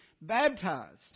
baptized